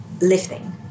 lifting